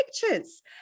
pictures